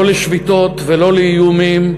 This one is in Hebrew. לא לשביתות ולא לאיומים,